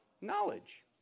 knowledge